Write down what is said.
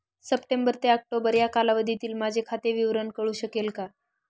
September ते October या कालावधीतील माझे खाते विवरण कळू शकेल का?